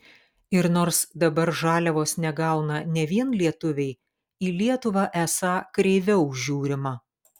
ir nors dabar žaliavos negauna ne vien lietuviai į lietuvą esą kreiviau žiūrima